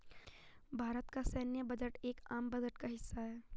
भारत का सैन्य बजट एक आम बजट का हिस्सा है